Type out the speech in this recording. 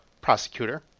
prosecutor